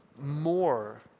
more